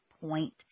point